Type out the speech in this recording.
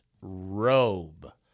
robe